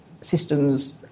systems